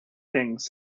things